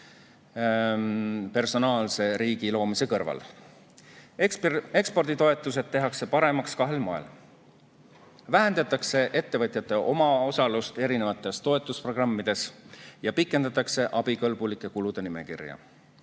personaalse riigi loomise kõrval. Eksporditoetused tehakse paremaks kahel moel: vähendatakse ettevõtjate omaosalust erinevates toetusprogrammides ja pikendatakse abikõlbulike kulude nimekirja.